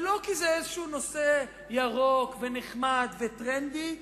ולא כי זה איזה נושא ירוק ונחמד וטרנדי,